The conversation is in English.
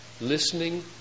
listening